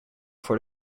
for